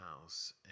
house